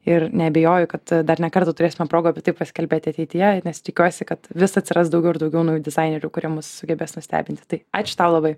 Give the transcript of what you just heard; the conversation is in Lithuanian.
ir neabejoju kad dar ne kartą turėsime progų apie tai pasikalbėti ateityje nes tikiuosi kad vis atsiras daugiau ir daugiau naujų dizainerių kurie mus sugebės nustebinti tai ačiū tai labai